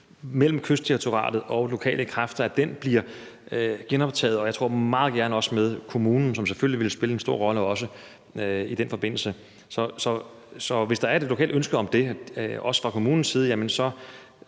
mellem Kystdirektoratet og lokale kræfter, bliver genoptaget, og, tror jeg, også meget gerne med kommunen, som selvfølgelig vil spille en stor rolle i den forbindelse. Så hvis der er et lokalt ønske om det også fra kommunens side, vil